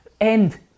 end